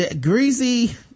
Greasy